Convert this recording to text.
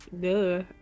Duh